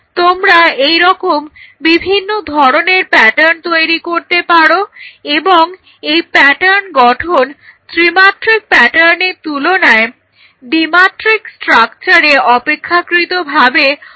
তোমরা এরকম বিভিন্ন ধরনের প্যাটার্ন তৈরি করতে পারো এবং এই প্যাটার্ন গঠন ত্রিমাত্রিক প্যাটার্নের তুলনায় দ্বিমাত্রিক স্ট্রাকচারে অপেক্ষাকৃতভাবে অনেক সহজ হয়